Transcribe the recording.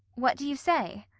what do you say?